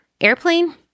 airplane